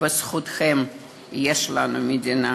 בזכותכם יש לנו מדינה.